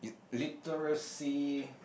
literacy